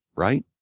right?